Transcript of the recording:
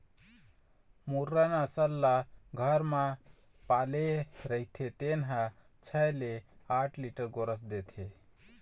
मुर्रा नसल ल घर म पाले रहिथे तेन ह छै ले आठ लीटर गोरस देथे